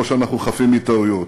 לא שאנחנו חפים מטעויות.